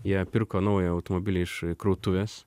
jie pirko naują automobilį iš krautuvės